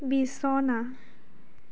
বিছনা